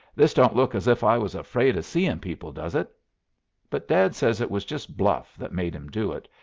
this don't look as if i was afraid of seeing people, does it but dad says it was just bluff that made him do it,